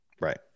Right